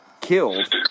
killed